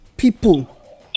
people